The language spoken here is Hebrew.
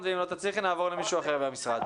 אני עובר רגע למישהו אחר ונחזור אליך.